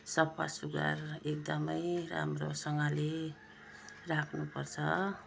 सफासुग्घर एकदमै राम्रोसँगले राख्नुपर्छ